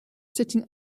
sitting